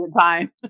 time